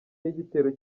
n’igitero